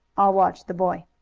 i'll watch the boy.